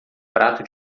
prato